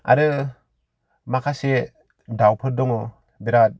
आरो माखासे दाउफोर दङ बेराद